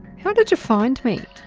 how did you find me?